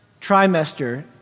trimester